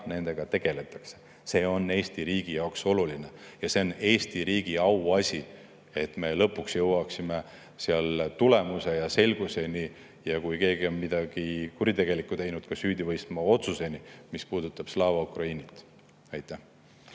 nendega tegeletakse. See on Eesti riigi jaoks oluline ja see on Eesti riigi auasi, et me lõpuks jõuaksime tulemuse ja selguseni ja kui keegi on midagi kuritegelikku teinud, siis ka süüdimõistva otsuseni, mis puudutab Slava Ukrainit.